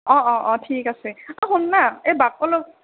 অ' অ' অ' ঠিক আছে অ' শুন না এই বাকো ল